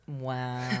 Wow